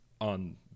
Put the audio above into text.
on